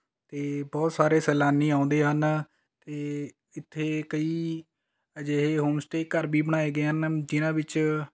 ਅਤੇ ਬਹੁਤ ਸਾਰੇ ਸੈਲਾਨੀ ਆਉਂਦੇ ਹਨ ਅਤੇ ਇੱਥੇ ਕਈ ਅਜਿਹੇ ਹੋਮਸਟੇ ਘਰ ਵੀ ਬਣਾਏ ਗਏ ਹਨ ਜਿਹਨਾਂ ਵਿੱਚ